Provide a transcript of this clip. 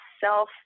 self